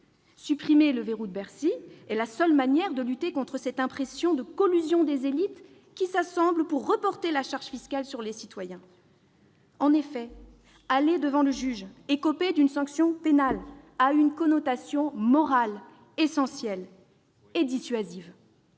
Supprimer le « verrou de Bercy » est la seule manière de lutter contre cette impression de collusion des élites qui s'assemblent pour reporter la charge fiscale sur les citoyens. En effet, aller devant le juge, écoper d'une sanction pénale a une connotation morale essentielle et dissuasive.